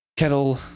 Kettle